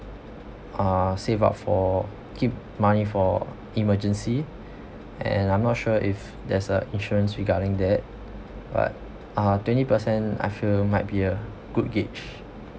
uh save up for keep money for emergency and i'm not sure if there's a insurance regarding that but uh twenty percent I feel it might be a good gauge